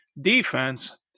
defense